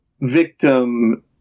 victim